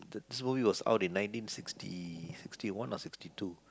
this movie was out in nineteen sixty sixty one or sixty two